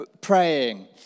praying